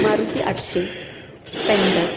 मारुती आठशे स्पेंडर